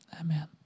Amen